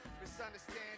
Misunderstand